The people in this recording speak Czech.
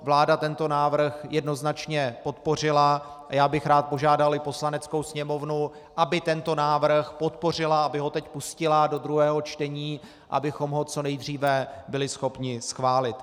Vláda tento návrh jednoznačně podpořila a já bych rád požádal i Poslaneckou sněmovnu, aby tento návrh podpořila, aby ho teď pustila do druhého čtení, abychom ho co nejdříve byli schopni schválit.